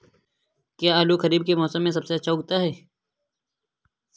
क्या आलू खरीफ के मौसम में सबसे अच्छा उगता है?